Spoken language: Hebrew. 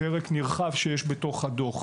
שזה פרק נרחב בתוך הדוח.